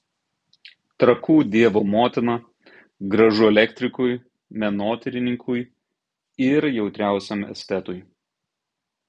trakų dievo motina gražu elektrikui menotyrininkui ir jautriausiam estetui